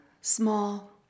small